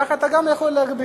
כך אתה גם יכול להגביל.